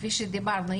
כי שאמרנו,